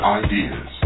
ideas